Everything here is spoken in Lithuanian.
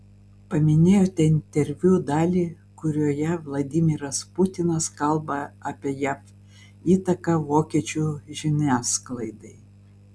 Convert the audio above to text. paminėjote interviu dalį kurioje vladimiras putinas kalba apie jav įtaką vokiečių žiniasklaidai